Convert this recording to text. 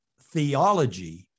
theology